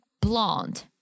Blonde